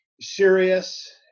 serious